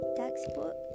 textbook